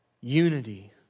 unity